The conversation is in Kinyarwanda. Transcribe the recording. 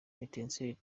etincelles